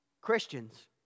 Christians